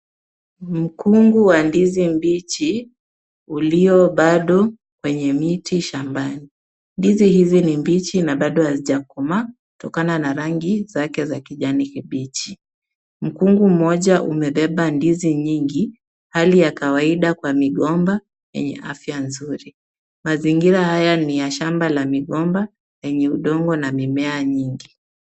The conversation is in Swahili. Mkungu wa ndizi mbichi, ulio bado kwenye miti shambani. Ndizi hizi ni mbichi na bado hazijakomaa kutokana na rangi zake za kijani kibichi. Mkungu mmoja umebeba ndizi nyingi. Hali ya kawaida kwa migomba yenye afya nzuri .Mazingira haya ni ya shamba la migomba lenye udongo na mimea nyingi.